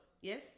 yes